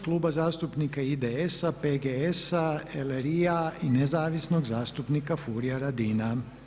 Kluba zastupnika IDS-a, PGS-a, LRI-a i nezavisnog zastupnika Furia Radina.